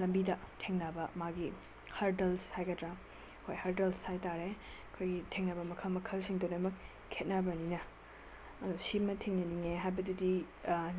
ꯂꯝꯕꯤꯗ ꯊꯦꯡꯅꯕ ꯃꯥꯒꯤ ꯍꯔꯗꯜꯁ ꯍꯥꯏꯒꯗ꯭ꯔꯥ ꯍꯣꯏ ꯍꯔꯗꯜꯁ ꯍꯥꯏ ꯇꯥꯔꯦ ꯑꯩꯈꯣꯏꯒꯤ ꯊꯦꯡꯅꯕ ꯃꯈꯜ ꯃꯈꯜꯁꯤꯡꯗꯣ ꯂꯣꯏꯅꯃꯛ ꯈꯦꯠꯅꯕꯅꯤꯅ ꯁꯤꯃ ꯊꯦꯡꯅꯅꯤꯡꯉꯦ ꯍꯥꯏꯕꯗꯨꯗꯤ